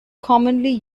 commonly